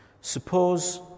Suppose